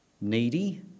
needy